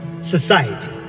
society